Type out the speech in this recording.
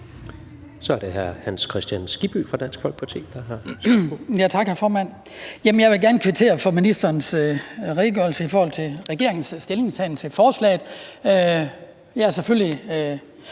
Kl. 12:37 Hans Kristian Skibby (DF): Tak, hr. formand. Jeg vil gerne kvittere for ministerens redegørelse for regeringens stillingtagen til forslaget. Jeg er selvfølgelig